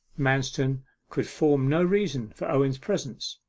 manston could form no reason for owen's presence,